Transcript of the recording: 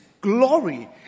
glory